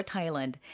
Thailand